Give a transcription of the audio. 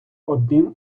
одним